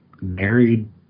married